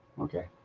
okay